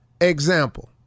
Example